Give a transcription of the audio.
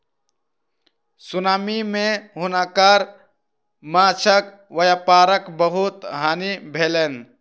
tsunami मे हुनकर माँछक व्यापारक बहुत हानि भेलैन